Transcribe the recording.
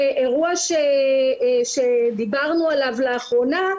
אירוע שדיברנו עליו לאחרונה,